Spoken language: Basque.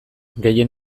gehien